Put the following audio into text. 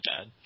bad